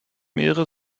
mehrere